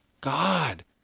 God